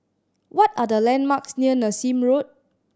what are the landmarks near Nassim Road